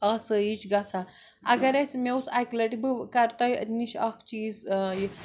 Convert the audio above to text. آسایِش گَژھان اَگر اَسہِ مےٚ اوس اَکہِ لٹہِ بہٕ کرٕ تۅہہِ نِش اَکھ چیٖز یہِ